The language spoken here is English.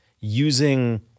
using